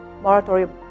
moratorium